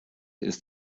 ist